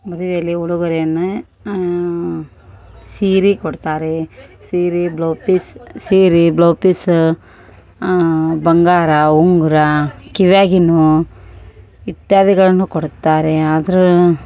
ಮದುವೆಯಲ್ಲಿ ಉಡುಗೊರೆಯನ್ನ ಸೀರೆ ಕೊಡ್ತಾರೆ ಸೀರೆ ಬ್ಲೌ ಪೀಸ್ ಸೀರೆ ಬ್ಲೌ ಪೀಸ್ ಬಂಗಾರ ಉಂಗ್ರ ಕಿವ್ಯಾಗಿನುವ್ ಇತ್ಯಾದಿಗಳನ್ನು ಕೊಡುತ್ತಾರೆ ಆದ್ರು